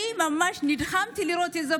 אני ממש נדהמתי לראות את זה.